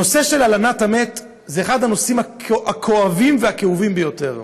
הנושא של הלנת המת זה אחד הנושאים הכואבים והכאובים ביותר.